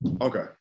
Okay